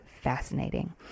fascinating